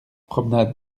promenade